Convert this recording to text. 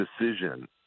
decision